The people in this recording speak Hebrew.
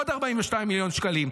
עוד 42 מיליון שקלים.